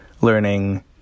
learning